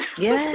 Yes